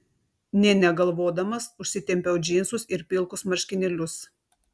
nė negalvodamas užsitempiau džinsus ir pilkus marškinėlius